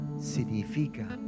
significa